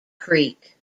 creek